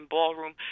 Ballroom